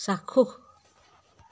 চাক্ষুষ